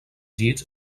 llits